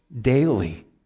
daily